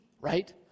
right